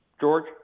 George